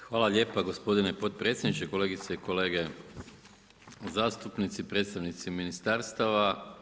Hvala lijepo gospodine potpredsjedniče, kolegice i kolege zastupnici, predstavnici ministarstava.